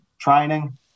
training